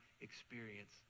experience